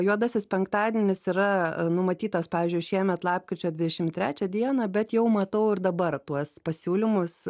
juodasis penktadienis yra numatytas pavyzdžiui šiemet lapkričio dvidešimt trečią dieną bet jau matau ir dabar tuos pasiūlymus